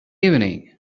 evening